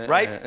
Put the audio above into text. Right